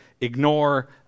ignore